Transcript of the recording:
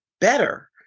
better